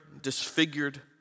disfigured